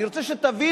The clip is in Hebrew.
אני רוצה שתבינו,